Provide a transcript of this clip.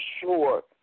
sure